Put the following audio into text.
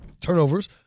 turnovers